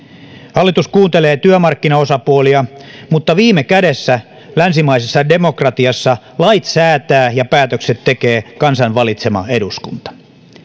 hallitus kuuntelee työmarkkinaosapuolia mutta viime kädessä länsimaisessa demokratiassa lait säätää ja päätökset tekee kansan valitsema eduskunta